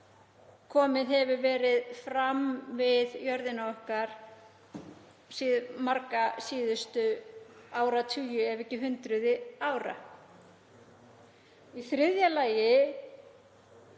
komið hefur verið fram við jörðina okkar marga síðustu áratugi ef ekki hundruð ára. Í þriðja lagi